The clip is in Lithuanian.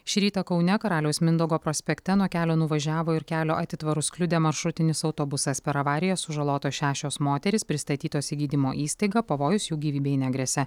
šį rytą kaune karaliaus mindaugo prospekte nuo kelio nuvažiavo ir kelio atitvarus kliudė maršrutinis autobusas per avariją sužalotos šešios moterys pristatytos į gydymo įstaigą pavojus jų gyvybei negresia